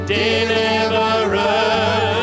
deliverer